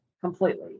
completely